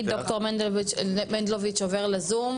צעירים): רק להגיד: ד"ר מנדלוביץ' עובר לזום,